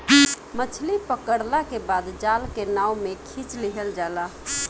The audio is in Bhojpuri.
मछली पकड़ला के बाद जाल के नाव में खिंच लिहल जाला